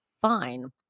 fine